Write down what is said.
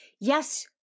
Yes